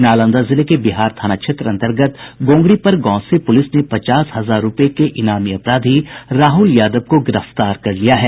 नालंदा जिले के बिहार थाना क्षेत्र अंतर्गत गोंगरीपर गांव से प्रलिस ने पचास हजार रूपये के इनामी अपराधी राहुल यादव को गिरफ्तार कर लिया है